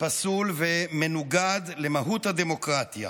פסול ומנוגד למהות הדמוקרטיה.